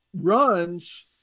runs